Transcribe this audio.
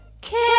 Kill